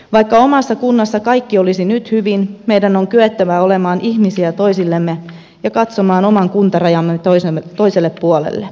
vaikka omassa kunnassa kaikki olisi nyt hyvin meidän on kyettävä olemaan ihmisiä toisillemme ja katsomaan oman kuntarajamme toiselle puolelle